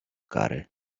kary